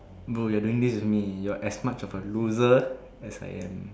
bro you're doing this with me you're as much of a loser as I am